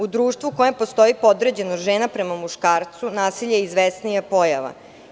U društvu u kojem postoji podređenost žena prema muškarcu, nasilje je izvesnija pojava.